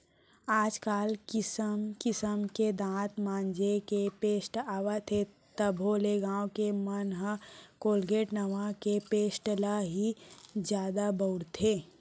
आज काल किसिम किसिम के दांत मांजे के पेस्ट आवत हे तभो ले गॉंव के मन ह कोलगेट नांव के पेस्ट ल ही जादा बउरथे